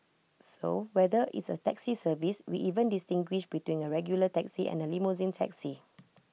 so whether it's A taxi service we even distinguish between A regular taxi and A limousine taxi